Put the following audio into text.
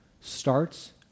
starts